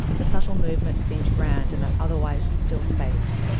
the subtle movement seemed grand in that otherwise still space.